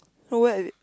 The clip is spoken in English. for what